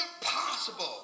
impossible